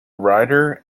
rider